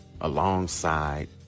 alongside